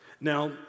Now